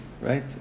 right